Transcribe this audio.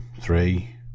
three